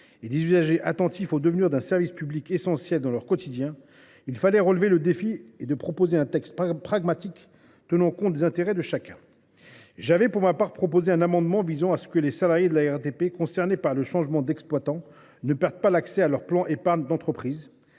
et des usagers attentifs au devenir d’un service public essentiel dans leur quotidien, il fallait relever le défi de proposer un texte pragmatique tenant compte des intérêts de chacun. J’avais, pour ma part, proposé un amendement visant à faire en sorte que les salariés de la RATP concernés par le changement d’exploitant ne perdent pas l’accès à leur plan d’épargne entreprise.